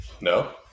No